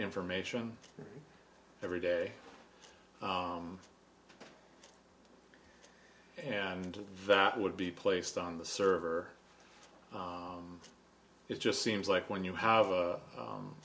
information every day and that would be placed on the server it just seems like when you have a